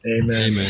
Amen